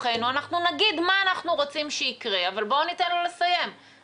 אני מדברת על עולים חדשים שהגיעו ארצה ויצאו לחו"ל לסידור